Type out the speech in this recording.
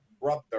brother